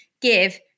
give